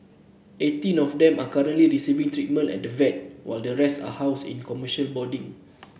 eighteen of them are currently receiving treatment at the vet while the rest are housed in commercial boarding